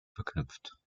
verknüpft